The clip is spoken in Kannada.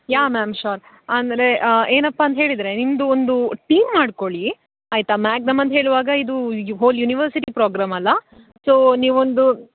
ಯಾ ಮ್ಯಾಮ್ ಶೋರ್ ಅಂದರೆ ಏನಪ್ಪಾ ಅಂತ ಹೇಳಿದರೆ ನಿಮ್ಮದು ಒಂದು ಟೀಮ್ ಮಾಡ್ಕೊಳ್ಳಿ ಆಯಿತಾ ಮ್ಯಾಗ್ನಮ್ ಅಂತ ಹೇಳುವಾಗ ಇದು ಯು ಹೋಲ್ ಯುನಿವರ್ಸಿಟಿ ಪ್ರೋಗ್ರಾಮ್ ಅಲ್ವಾ ಸೋ ನೀವೊಂದು